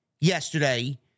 yesterday